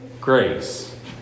grace